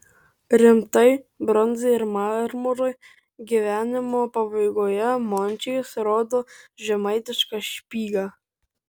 rimtai bronzai ir marmurui gyvenimo pabaigoje mončys rodo žemaitišką špygą